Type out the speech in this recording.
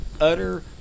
utter